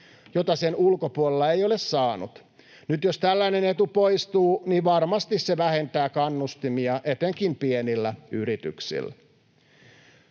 jota sen ulkopuolella ei ole saanut. Nyt jos tällainen etu poistuu, niin varmasti se vähentää kannustimia etenkin pienillä yrityksillä.